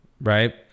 right